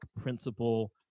principle